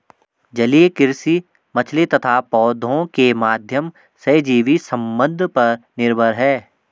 जलीय कृषि मछली तथा पौधों के माध्यम सहजीवी संबंध पर निर्भर है